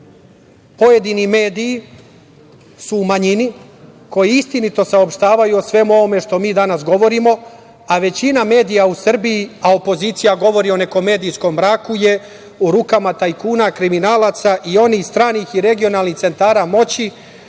pojedini mediji su u manjini, koji istinito saopštavaju o svemu ovome što mi danas govorimo, a većina medija u Srbiji, dok opozicija govori o nekom medijskom mraku, je u rukama tajkuna, kriminalaca i onih stranih i regionalnih centara moći